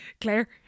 Claire